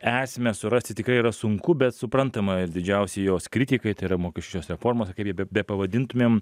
esmę surasti tikrai yra sunku bet suprantama ir didžiausi jos kritikai tai yra mokesčių reformos kaip ją bepavadintumėm